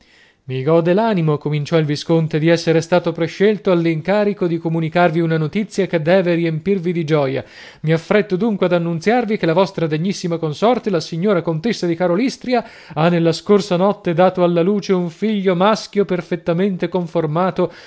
mi gode l'animo cominciò il visconte di essere stato prescelto all'incarico di comunicarvi una notìzia che deve riempirvi di gioia mi affretto dunque ad annunziarvi che la vostra degnissima consorte la signora contessa di karolystria ha nella scorsa notte dato alla luce un figlio maschio perfettamente conformato